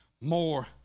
more